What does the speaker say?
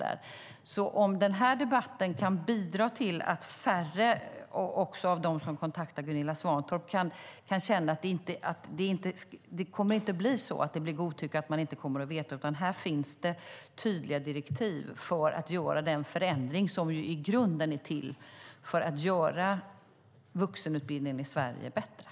Jag hoppas att den här debatten kan bidra till att fler, även av dem som kontaktar Gunilla Svantorp, kan känna att det inte blir godtycke eller att man inte kommer att veta. Här finns det tydliga direktiv för att göra den förändring som i grunden är till för att göra vuxenutbildningen bättre.